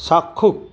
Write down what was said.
চাক্ষুষ